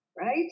right